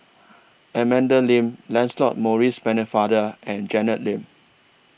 Amanda Lancelot Maurice Pennefather and Janet Lim